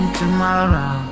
tomorrow